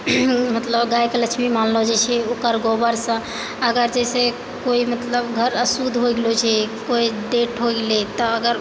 मतलब गायके लक्ष्मी मानलो जाइ छै ओकर गोबरसँ अगर जैसे कोई मतलब घर अशुद्ध हो गेलो छै कोई डेथ होइ गेलै तऽ अगर